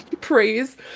Praise